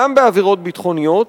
גם בעבירות ביטחוניות,